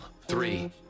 Three